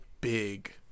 big